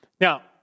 Now